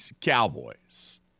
Cowboys